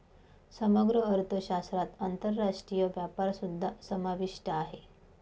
समग्र अर्थशास्त्रात आंतरराष्ट्रीय व्यापारसुद्धा समाविष्ट आहे